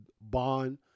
bond